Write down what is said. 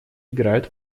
играют